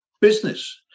business